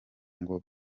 ngo